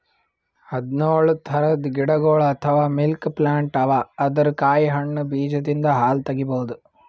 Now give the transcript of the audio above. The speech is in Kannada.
ಹದ್ದ್ನೊಳ್ ಥರದ್ ಗಿಡಗೊಳ್ ಅಥವಾ ಮಿಲ್ಕ್ ಪ್ಲಾಂಟ್ ಅವಾ ಅದರ್ ಕಾಯಿ ಹಣ್ಣ್ ಬೀಜದಿಂದ್ ಹಾಲ್ ತಗಿಬಹುದ್